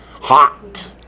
hot